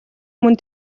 мөн